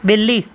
बि॒ल्ली